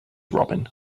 robin